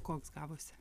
koks gavosi